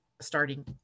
starting